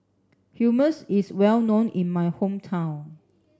Hummus is well known in my hometown